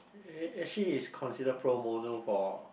actually it's consider pro bono for